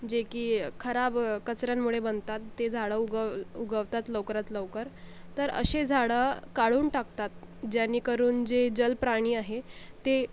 जे की खराब कचऱ्यांमुळे बनतात ते झाडं उगव उगवतात लवकरात लवकर तर असे झाडं काढून टाकतात जेणेकरून जे जलप्राणी आहे ते